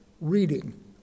reading